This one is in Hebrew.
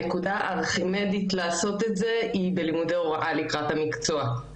הנקודה הארכימדית לעשות את זה היא בלימודי ההוראה לקראת המקצוע.